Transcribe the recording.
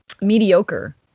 mediocre